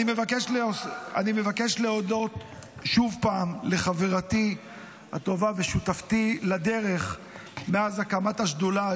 אני מבקש להודות עוד פעם לחברתי הטובה ושותפתי לדרך מאז הקמת השדולה,